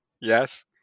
Yes